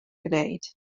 gwneud